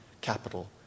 capital